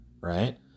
right